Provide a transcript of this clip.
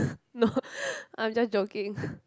no I'm just joking